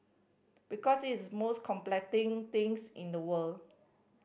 because it's most thing things in the world